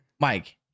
Mike